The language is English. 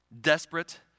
desperate